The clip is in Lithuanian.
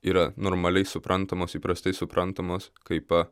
yra normaliai suprantamos įprastai suprantamos kaip a